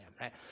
right